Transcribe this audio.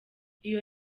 iyo